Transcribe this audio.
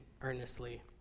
earnestly